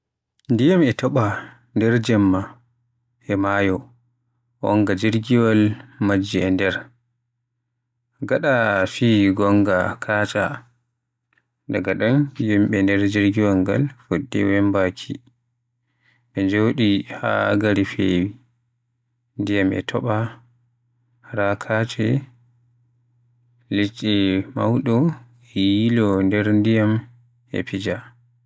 Ndiyam e topa nder jemma e maayo, wonga jirgiwal majji e nder, gaɗa fiy gonga katca. Daga ɗon yimɓe nder jirgiwal ngal fuɗɗi wembaaki. Be Joɗi haa gari fewi ndiyam e topa raa matche, liɗɗi Mawɗo e yilo nder ndiyam e fija.